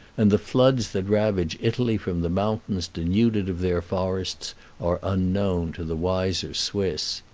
and the floods that ravage italy from the mountains denuded of their forests are unknown to the wiser swiss.